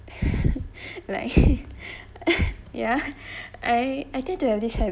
like ya I I tend to have this habit